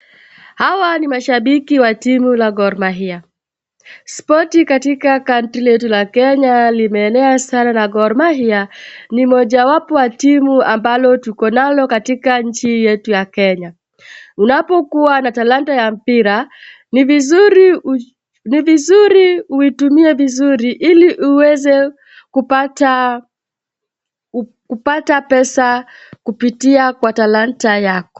Hawa ni mashabiki wa timu la Gor Mahia. Spoti katika country letu la Kenya limeenea sana na Gor Mahia ni mojawapo ya timu ambalo tuko nalo katika nchi yetu ya Kenya. Kunapokuwa na talanta ya mpira, ni vizuri uitumie vizuri ili uweze kupata pesa kupitia kwa talanta yako.